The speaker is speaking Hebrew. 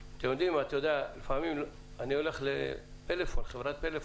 לפעמים אני הולך לחברת פלאפון,